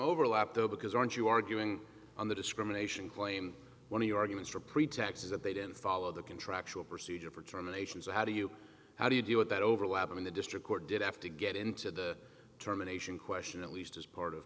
overlap though because aren't you arguing on the discrimination claim one of the arguments for pretax is that they didn't follow the contractual procedure for terminations how do you how do you deal with that overlap in the district court did have to get into the determination question at least as part of